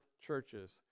churches